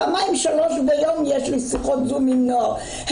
פעמיים-שלוש ביום יש לי שיחות זום עם נוער,